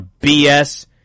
BS